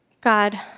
God